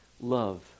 Love